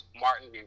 Martin